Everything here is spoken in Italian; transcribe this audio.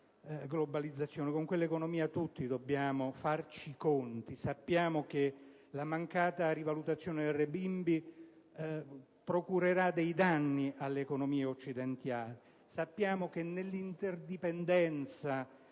globalizzazione tutti dobbiamo fare i conti, sappiamo che la mancata rivalutazione del renmimbi procurerà dei danni all'economia occidentale e sappiamo che nell'interdipendenza